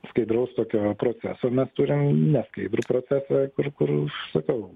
skaidraus tokio proceso mes turim neskaidrų procesą kurį kurį sakau